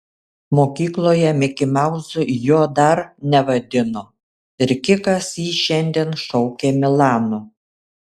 mokykloje mikimauzu jo dar nevadino ir kikas jį šiandien šaukė milanu